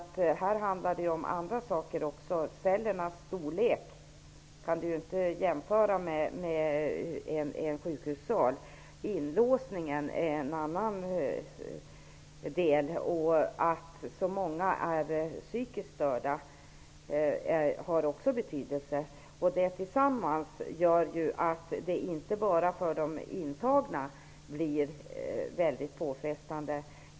Här handlar det ju också om andra saker. När det gäller cellernas storlek t.ex. kan man inte jämföra med en sjukhussal. Inlåsningen är ett annat delproblem här. Dessutom har det betydelse att många intagna är psykiskt störda. Allt detta gör att det inte bara för de intagna blir väldigt påfrestande.